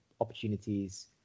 opportunities